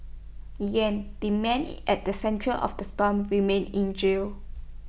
yang the man at the centre of the storm remains in jail